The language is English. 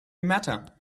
matter